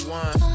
one